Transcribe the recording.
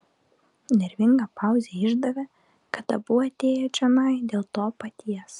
nervinga pauzė išdavė kad abu atėję čionai dėl to paties